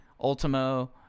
Ultimo